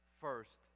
first